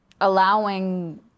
allowing